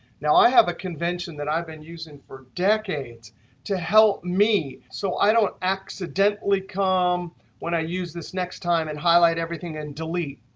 now, i have a convention that i've been using for decades to help me so i don't accidentally come when i use this next time and highlight everything and delete.